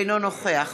אינו נוכח